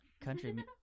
country